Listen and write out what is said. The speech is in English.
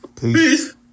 Peace